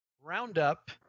Roundup